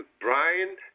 Brian